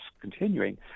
continuing